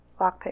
lockpick